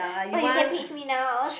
but you can teach me now